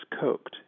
cooked